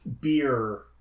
beer